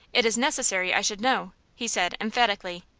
it is necessary i should know! he said, emphatically.